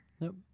Nope